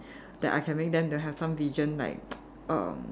that I can make them to have some vision like erm